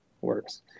works